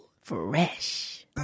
Fresh